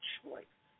choice